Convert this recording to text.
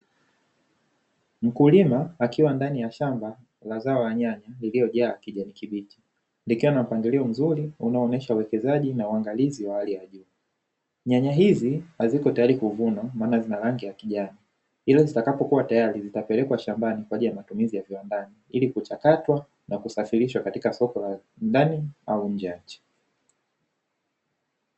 Mkulima akiwa ndani ya shamba la zao la nyanya, lililojaa kijani kibichi, likiwa na mpangilio mzuri, unaoonyesha uwekezaji na uangalizi wa hali ya juu. Nyanya hizi haziko tayari kuvuna, maana zina rangi ya kijani. Hilo litakapokuwa tayari, litapelekwa shambani kwa ajili ya matumizi ya viwandani ili kuchakatwa na kusafirishwa katika soko la ndani au nje ya nchi.